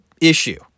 issue